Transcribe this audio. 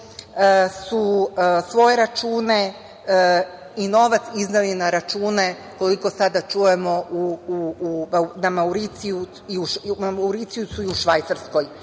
su svoje račune i novac izneli na račune, koliko sada čujemo, na Mauricijusu i u Švajcarskoj.